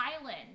island